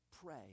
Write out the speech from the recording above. Pray